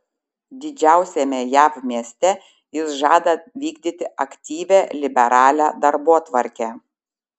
didžiausiame jav mieste jis žada vykdyti aktyvią liberalią darbotvarkę